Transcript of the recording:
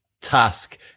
task